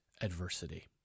adversity